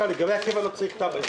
לגבי דיור הקבע לא צריך תב"ע.